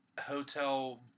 hotel